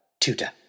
Tutor